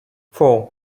four